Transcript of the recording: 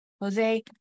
Jose